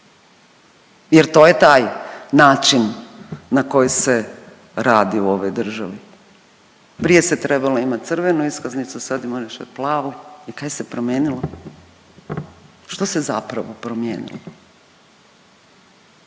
jer to je taj način na koji se radi u ovoj državi. Prije se trebalo imat crvenu iskaznicu, sad moraš i plavu i kaj se promijenilo? Što se zapravo promijenilo?